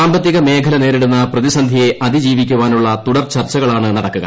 സാമ്പത്തിക മേഖല നേരിടുന്ന പ്രതിസന്ധിയെ അതിജീവിക്കാനുള്ള തുടർ ചർച്ചകളാണ് നടക്കുക